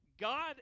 God